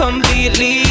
Completely